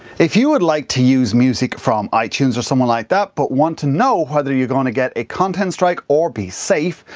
if you would like to use music from itunes or somewhere like that, but want to know whether you're going to get a content strike or be safe,